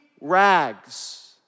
rags